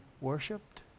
worshipped